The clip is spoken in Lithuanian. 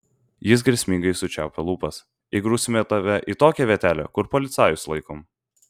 jis grėsmingai sučiaupė lūpas įgrūsime tave į tokią vietelę kur policajus laikom